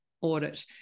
audit